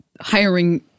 hiring